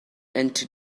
into